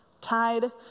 tied